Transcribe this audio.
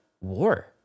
war